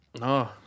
No